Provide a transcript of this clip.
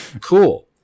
cool